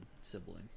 sibling